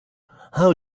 how